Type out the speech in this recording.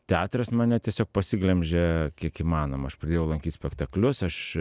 teatras mane tiesiog pasiglemžė kiek įmanoma aš pradėjau lankyt spektaklius aš